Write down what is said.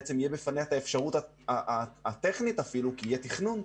תהיה בפניה את האפשרות הטכנית כי יהיה תכנון,